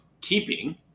keeping –